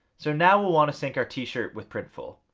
so now, we'll want to sync our t-shirt with printful.